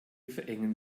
verengen